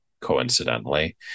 coincidentally